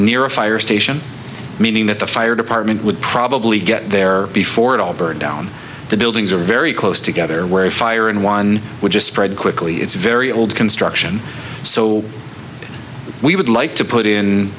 near a fire station meaning that the fire department would probably get there before it all burned down the buildings are very close together where a fire in one would just spread quickly it's very old construction so we would like to put in